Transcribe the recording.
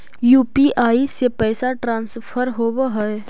UPI से पैसा transfer होवहै?